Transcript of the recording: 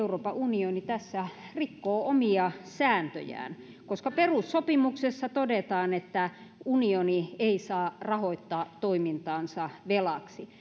euroopan unioni tässä rikkoo omia sääntöjään koska perussopimuksessa todetaan että unioni ei saa rahoittaa toimintaansa velaksi